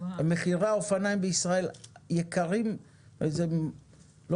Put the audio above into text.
מחירי האופניים בישראל יקרים וזה לא